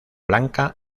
blanca